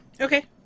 Okay